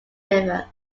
river